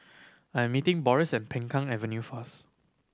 I'm meeting Boris at Peng Kang Avenue first